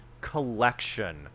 collection